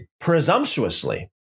presumptuously